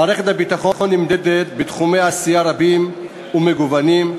מערכת הביטחון נמדדת בתחומי עשייה רבים ומגוונים,